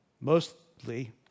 mostly